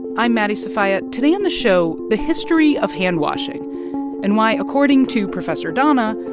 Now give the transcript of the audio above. i'm maddie sofia. today on the show the history of hand-washing and why, according to professor dana,